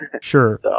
Sure